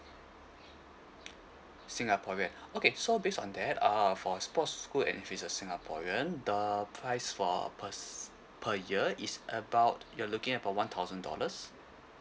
singaporean okay so based on that uh for sports school and if he's a singaporean the price for per per year is about you're looking about one thousand dollars